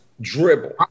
dribble